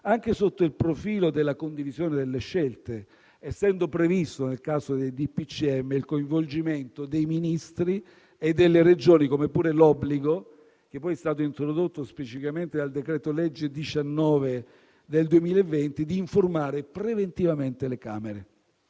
anche sotto il profilo della condivisione delle scelte, essendo previsto nel caso dei decreti del Presidente del Consiglio dei ministri il coinvolgimento dei Ministri e delle Regioni, come pure l'obbligo, che poi è stato introdotto specificamente dal decreto-legge n. 19 del 2020, di informare preventivamente le Camere.